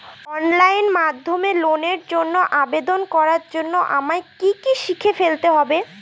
Online মাধ্যমে লোনের জন্য আবেদন করার জন্য আমায় কি কি শিখে ফেলতে হবে?